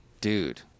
Dude